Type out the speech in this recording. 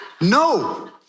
No